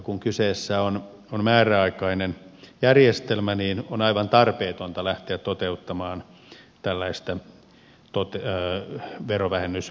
kun kyseessä on määräaikainen järjestelmä niin on aivan tarpeetonta lähteä toteuttamaan tällaista verovähennysmenettelyä